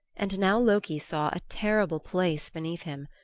and now loki saw a terrible place beneath him,